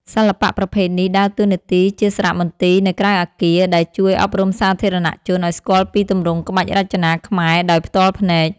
សិល្បៈប្រភេទនេះដើរតួនាទីជាសារមន្ទីរនៅក្រៅអគារ ដែលជួយអប់រំសាធារណជនឱ្យស្គាល់ពីទម្រង់ក្បាច់រចនាខ្មែរដោយផ្ទាល់ភ្នែក។